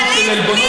זה לא יפה.